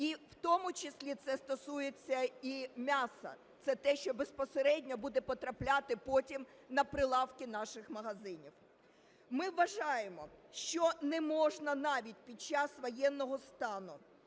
і в тому числі це стосується м'яса, це те, що безпосередньо буде потрапляти потім на прилавки наших магазинів. Ми вважаємо, що не можна навіть під час воєнного стану